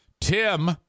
Tim